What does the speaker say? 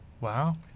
Wow